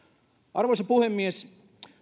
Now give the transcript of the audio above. arvoisa puhemies